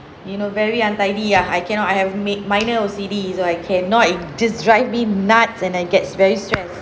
you know very untidy ya I cannot I have made minor O_C_D so I cannot it just drives me nuts and I gets very stress